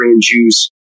Jews